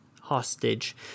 hostage